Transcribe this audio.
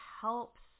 helps